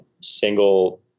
single